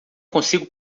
consigo